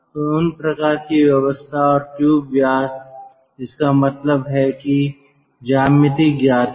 तो उन प्रकार की व्यवस्था और ट्यूब व्यास इसका मतलब है कि ज्यामिति ज्ञात है